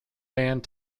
band